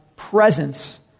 presence